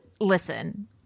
Listen